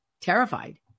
terrified